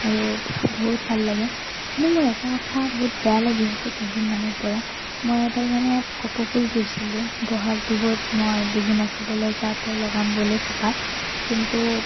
আৰু বহুত ভাল লাগে কিন্তু মোৰ এটা কথা বহুত বেয়া লাগি আছে কেইদিনমানৰ পৰা মই এডাল মানে কপৌফুল ৰুইছিলোঁ বহাগ বিহুত মই বিহু নাচিবলৈ যাওঁতে লগাম বুলি খোপাত কিন্তু